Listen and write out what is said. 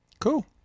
Cool